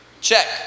check